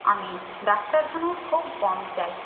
আমি ডাক্তারখানায় খুব কম যাই